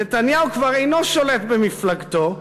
"נתניהו כבר אינו שולט במפלגתו.